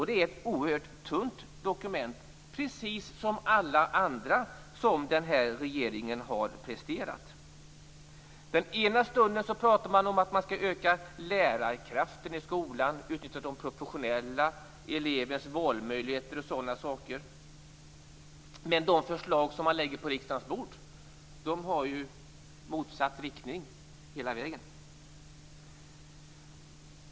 Det är ett oerhört tunt dokument - precis som alla andra dokument som den här regeringen har presterat. I vissa stunder pratar man om att öka lärarkraften i skolan, utnyttja de professionella, elevernas valmöjligheter och sådana saker. Men de förslag som man lägger på riksdagens bord har ju motsatt inriktning hela vägen.